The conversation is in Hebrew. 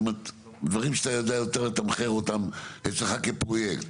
אלא דברים שאתה יודע יותר לתמחר אותם אצלך כפרויקט.